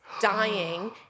dying